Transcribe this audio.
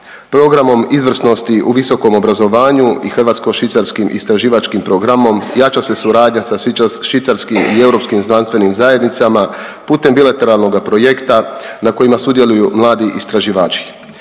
Programom izvrsnosti u visokom obrazovanju i hrvatsko švicarskim istraživačkim programom jača se suradnja sa švicarskim i europskim znanstvenim zajednicama putem bilateralnoga projekta na kojima sudjeluju mladi istraživači.